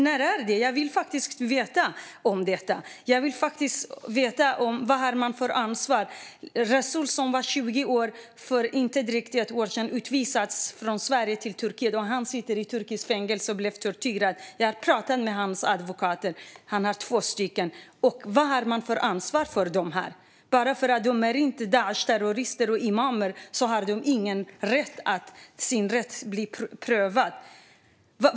När får man inte delta? Jag vill faktiskt veta det och vad man har för ansvar. Özdemir Resul var 20 år och utvisades för inte ens drygt ett år sedan från Sverige till Turkiet. Han sitter i turkiskt fängelse, och han blev torterad. Jag har pratat med hans advokater. Han har två advokater. Vad har man för ansvar för dessa människor? Bara för att de inte är Daishterrorister eller imamer har de inte rätt att få sin sak prövad.